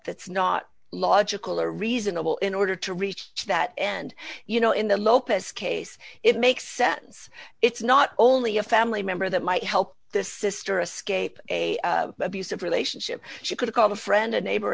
it's not logical or reasonable in order to reach that and you know in the lopez case it makes sense it's not only a family member that might help the sister a scape a abusive relationship she could call a friend a neighbor